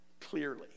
clearly